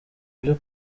byo